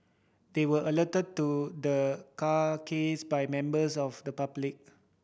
they were alerted to the carcase by members of the public